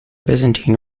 byzantine